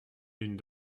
d’une